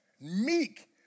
meek